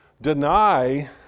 deny